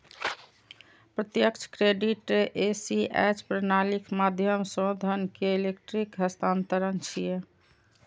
प्रत्यक्ष credit ACH प्रणालीक माध्यम सं धन के इलेक्ट्रिक हस्तांतरण छियै